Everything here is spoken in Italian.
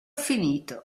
finito